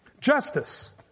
Justice